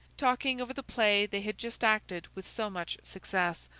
talking over the play they had just acted with so much success,